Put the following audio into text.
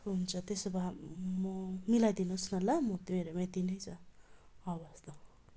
हुन्छ त्यसो भए म मिलाइदिनु होस् न ल म त्यो मेरोमा यति नै छ हवस् त